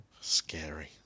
Scary